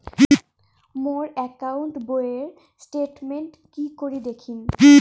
মোর account বইয়ের statement কি করি দেখিম?